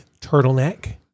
turtleneck